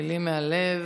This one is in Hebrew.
מילים מהלב.